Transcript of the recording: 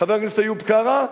חבר הכנסת איוב קרא,